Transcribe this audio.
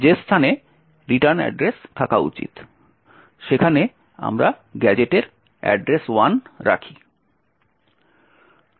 যে স্থানে return address থাকা উচিত সেখানে আমরা গ্যাজেটের অ্যাড্রেস 1 রাখি